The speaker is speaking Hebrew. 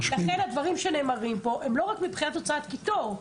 הדברים שנאמרים פה הם לא רק מבחינת הוצאת קיטור,